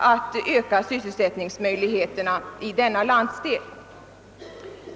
att öka sysselsättningsmöjligheterna i denna landsdel.